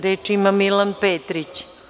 Reč ima Milan Petrić.